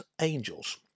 angels